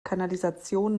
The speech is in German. kanalisation